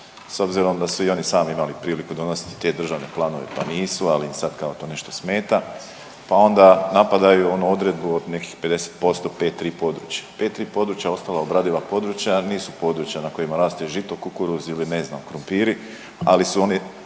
s obzirom da su i oni sami imali priliku donositi te državne planove, pa nisu ali sad kao to nešto smeta, pa onda napadaju onu odredbu od nekih 50% 5.3 područja. 5.3 područja, ostala obradiva područja nisu područja na kojima raste žito, kukuruz ili ne znam krumpiri ali su oni